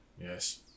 Yes